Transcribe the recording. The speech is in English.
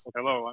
Hello